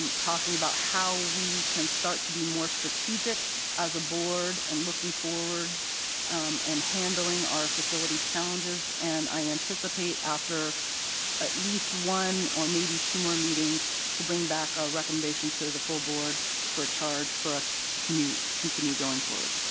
um talking about how we can start to be more strategic as a board and looking forward and handling our facilities challenges. and i anticipate after at least one or maybe two more meetings to bring back a recommendation to the full board for a charge for us to continue going forward.